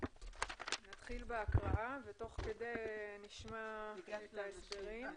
נתחיל בהקראה ותוך כדי נשמע את ההסברים.